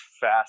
fast